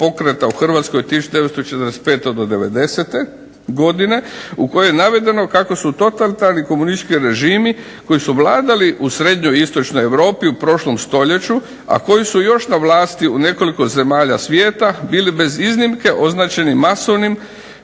Hrvatskoj 1945. do '90. godine u kojoj je navedeno kako su totalitarni komunistički režimi koji su vladali u Srednjoj i Istočnoj Europi u prošlom stoljeću, a koji su još na vlasti u nekoliko zemalja svijeta bili bez iznimke označeni masovnim